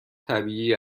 طبیعی